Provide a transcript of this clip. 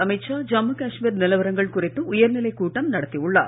அமித் ஷா ஜம்மு காஷ்மீர் நிலவரங்கள் குறித்து உயர்நிலைக் கூட்டம் நடத்தியுள்ளார்